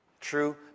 True